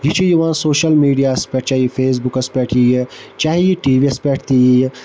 یہِ چھُ یِوان سوشَل میٖڈیاہَس پٮ۪ٹھ چاہے یہِ فیس بُکَس پٮ۪ٹھ یِیہِ چاہے یہِ ٹی وی یَس پٮ۪ٹھ تہِ یِیہِ